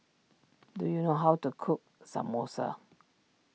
do you know how to cook Samosa